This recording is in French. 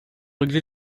régler